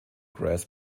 grass